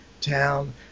town